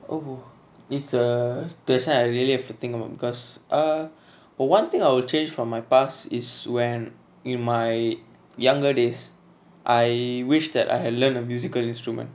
oh it's err that's why I really have to think about because err oh one thing I will change from my past is when in my younger days I wished that I had learned a musical instrument